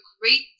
great